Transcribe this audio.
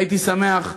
הייתי שמח,